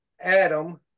Adam